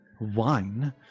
wine